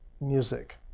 music